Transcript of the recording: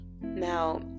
Now